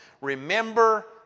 Remember